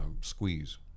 squeeze